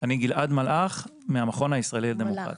הוא 4.5%-5%.